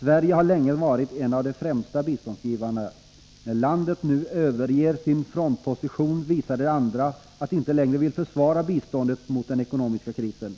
”Sverige har länge varit en av de främsta biståndsgivarna. När landet nu överger sin frontposition visar det andra att det inte längre vill försvara biståndet mot den ekonomiska krisen.